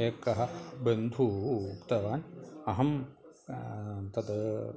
एकः बन्धुः उक्तवान् अहं तत्